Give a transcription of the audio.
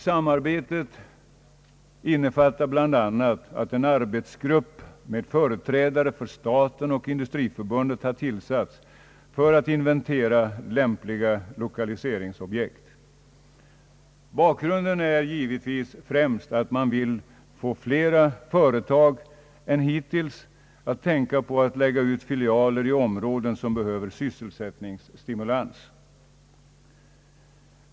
Samarbetet innefattar bl.a. att en arbetsgrupp med företrädare för staten och Industriförbundet har tillsatts för att inventera lämpliga lokaliseringsobjekt. Bakgrunden är givetvis främst att man vill att flera företag än hittills skall tänka på att förlägga filialer till områden som behöver sysselsättningsstimulans.